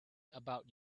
about